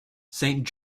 saint